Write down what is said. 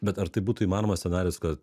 bet ar tai būtų įmanomas scenarijus kad